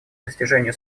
достижению